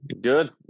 Good